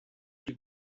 plus